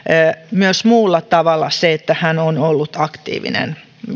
myös muulla tavalla se että hän on ollut aktiivinen